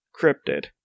cryptid